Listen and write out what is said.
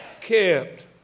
kept